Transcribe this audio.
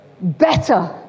Better